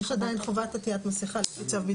לא רק מנפגעי הקורונה עצמם, אלא גם מנפגעי